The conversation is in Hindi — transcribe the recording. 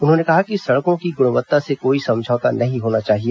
उन्होंने कहा कि सड़कों की गुणवत्ता से कोई समझौता नहीं होना चाहिए